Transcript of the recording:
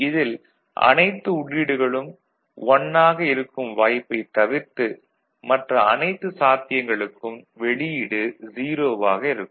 இதில் அனைத்து உள்ளீடுகளும் 1 ஆக இருக்கும் வாய்ப்பைத் தவிர்த்து மற்ற அனைத்து சாத்தியங்களுக்கும் வெளியீடு 0 ஆக இருக்கும்